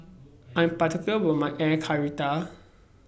I Am particular about My Air Karthira